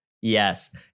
Yes